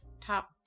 top